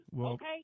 Okay